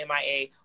MIA